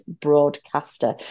broadcaster